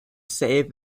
save